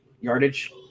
yardage